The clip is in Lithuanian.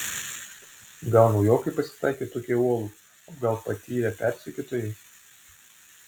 gal naujokai pasitaikė tokie uolūs o gal patyrę persekiotojai